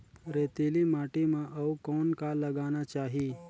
रेतीली माटी म अउ कौन का लगाना चाही?